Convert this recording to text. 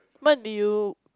what do you